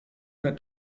wird